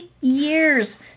years